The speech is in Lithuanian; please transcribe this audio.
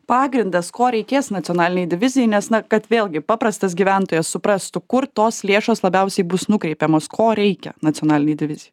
pagrindas ko reikės nacionalinei divizijai nes na kad vėlgi paprastas gyventojas suprastų kur tos lėšos labiausiai bus nukreipiamos ko reikia nacionalinei divizijai